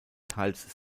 teils